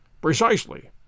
Precisely